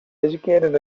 educated